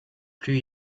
plus